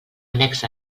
annex